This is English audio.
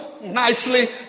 nicely